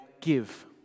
give